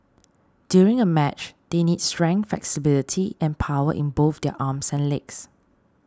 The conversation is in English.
during a match they need strength flexibility and power in both their arms and legs